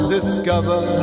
Discover